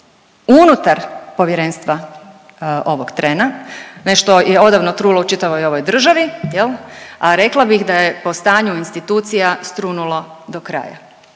unutar Povjerenstva ovog trena, nešto je odavno trulo u čitavoj ovoj državi jel, a rekla bih da je po stanju institucija strunulo do kraja